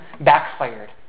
backfired